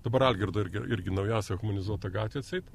dabar algirdo irgi irgi naujausia humanizuota gatvė atseit